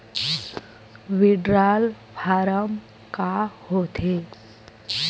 Withdrawal form का होथे?